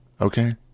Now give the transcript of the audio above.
Okay